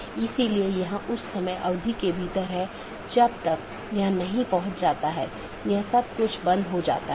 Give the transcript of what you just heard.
तो इस तरह से मैनाजैबिलिटी बहुत हो सकती है या स्केलेबिलिटी सुगम हो जाती है